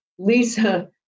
Lisa